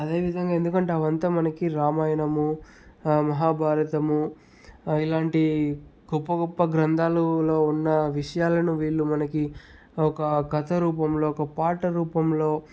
అదేవిధంగా ఎందుకంటే అవంతా మనకి రామాయణము మహాభారతము ఇలాంటి గొప్ప గొప్ప గ్రంథాలలో ఉన్న విషయాలను వీళ్ళు మనకి ఒక కథ రూపంలో ఒక పాట రూపంలో